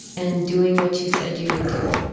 and doing what you said you would do.